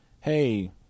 hey